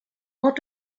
what